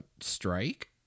strike